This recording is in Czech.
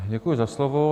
Děkuji za slovo.